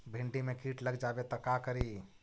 भिन्डी मे किट लग जाबे त का करि?